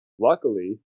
luckily